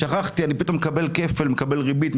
שכחתי, אני פתאום מקבל כפל, מקבל ריבית.